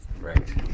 Right